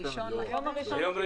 1